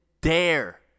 dare